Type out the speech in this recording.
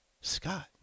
Scott